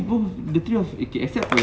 both the three of okay except for the